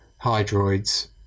hydroids